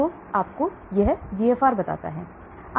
तो यह आपको GFR बताता है